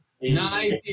Nice